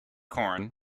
corn